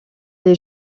les